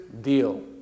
deal